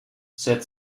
said